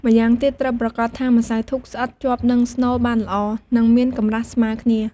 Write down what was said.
ម្យ៉ាងទៀតត្រូវប្រាកដថាម្សៅធូបស្អិតជាប់នឹងស្នូលបានល្អ និងមានកម្រាស់ស្មើគ្នា។